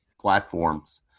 platforms